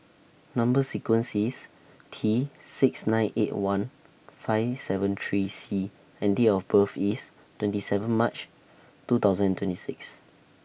Number sequence IS T six nine eight one five seven three C and Date of birth IS twenty seven March two thousand twenty six